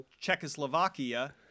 Czechoslovakia